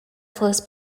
flows